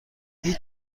هیچ